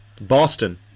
Boston